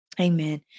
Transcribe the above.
Amen